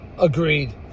agreed